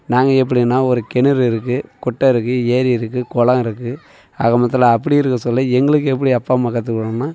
நாங்கள் எப்படின்னா ஒரு கிணறு இருக்குது குட்டை இருக்குது ஏரி இருக்குது குளம் இருக்குது ஆக மொத்தத்தில் அப்படி இருக்க சொல்ல எங்களுக்கு எப்படி அப்பா அம்மா கத்துக்கொடுத்தாங்கன்னா